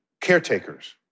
caretakers